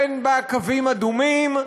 אין בה קווים אדומים,